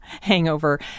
Hangover